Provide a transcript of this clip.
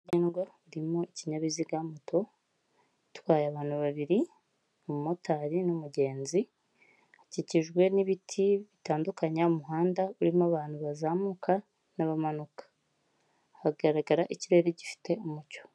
Umuhanda nyabagendwa urimo ikinyabiziga moto, itwaye abantu babiri, umumotari n'umugenzi, hakikijwe n'ibiti bitandukanye umuhanda urimo abantu bazamuka n'abamanuka, hagaragara ikirere gifite umucyo.